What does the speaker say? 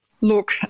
Look